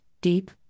deep